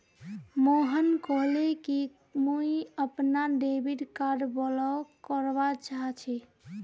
मोहन कहले कि मुई अपनार डेबिट कार्ड ब्लॉक करवा चाह छि